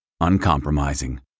Uncompromising